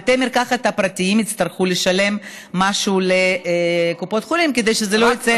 בתי המרקחת הפרטיים יצטרכו לשלם משהו לקופות החולים כדי שזה לא יצא,